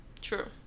true